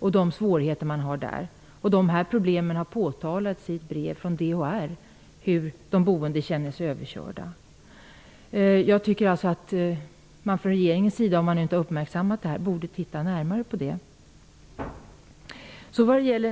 Dessa problem har också påtalats i ett brev från DHR. De boende känner sig överkörda. Jag tycker att regeringen borde titta närmare på det här om den inte har uppmärksammat det tidigare.